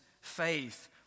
faith